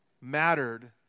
mattered